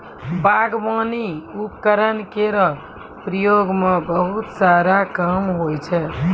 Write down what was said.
बागबानी उपकरण केरो प्रयोग सें बहुत सारा काम होय छै